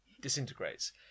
Disintegrates